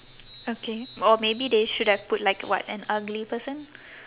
okay or maybe they should have put like what an ugly person